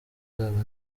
nzaba